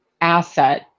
asset